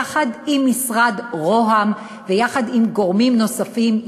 יחד עם משרד רוה"מ ויחד עם גורמים נוספים,